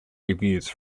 reviews